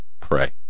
Pray